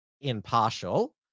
impartial